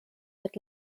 mit